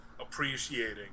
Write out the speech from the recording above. appreciating